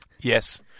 Yes